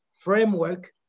framework